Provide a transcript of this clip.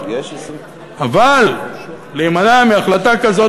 אבל להימנע מהחלטה כזאת?